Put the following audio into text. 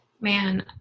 Man